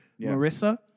Marissa